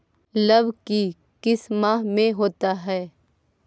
लव की किस माह में होता है?